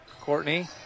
Courtney